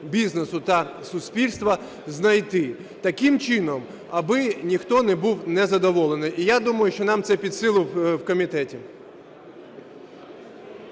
бізнесу та суспільства знайти таким чином, аби ніхто не був незадоволений. І я думаю, що нам це під силу в комітеті.